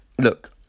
look